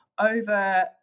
over